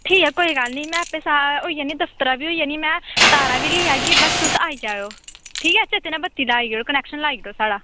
ठीक ऐ कोई गल्ल निं में आपें होई आनी आं में तारां बी लेई आह्गी पर तुस आई जायो ठीक ऐ चेते कन्नै बत्ती लाई ओड़ेओ कनेक्शन लाई ओड़ेओ साढ़ा